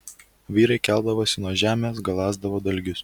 vyrai keldavosi nuo žemės galąsdavo dalgius